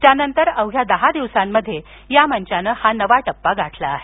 त्यानंतरनंतर अवघ्या दहा दिवसांमध्ये या मंचानं हा टप्पा गाठला आहे